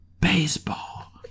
baseball